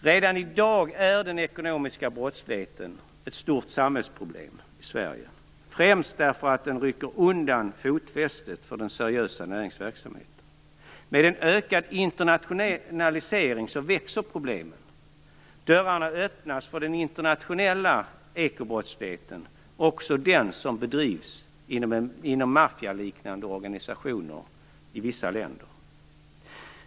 Redan i dag är den ekonomiska brottsligheten ett stort samhällsproblem i Sverige, främst därför att den rycker undan fotfästet för den seriösa näringsverksamheten. Med ökad internationalisering växer problemen. Dörrarna öppnas för den internationella ekobrottsligheten, också den som bedrivs inom maffialiknande organisationer i vissa länder.